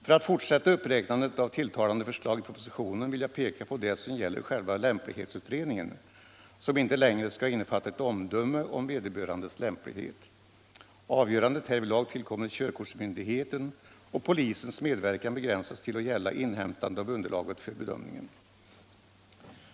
För att fortsätta uppräknandet av tilltalande förslag i propositionen vill jag peka på det som gäller själva lämplighetsutredningen, som inte längre skall innefatta ett omdöme om vederbörandes lämplighet. Avgörandet härvidlag tillkommer körkortsmyndigheten, och polisens medverkan begränsas till att gälla inhämtande av underlaget för bedömningen.